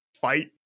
fight